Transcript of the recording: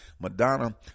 Madonna